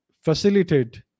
facilitate